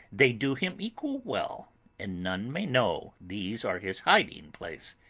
they do him equal well and none may know these are his hiding-place!